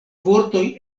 vortoj